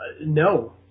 No